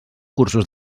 cursos